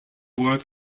work